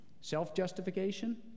self-justification